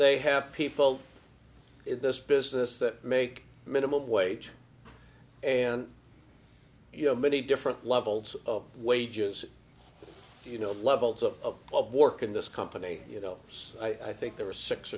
they have people in this business that make minimum wage and you know many different levels of wages you know levels of well bork in this company you know i think there were six